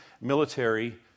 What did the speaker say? military